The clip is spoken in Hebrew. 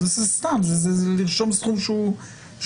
אז זה סתם לרשום סכום מופרך,